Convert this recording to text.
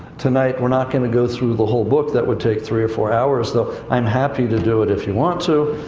tonight we're not going to go through the whole book, that would take three or four hours, though i'm happy to do it if you want to.